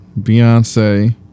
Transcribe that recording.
Beyonce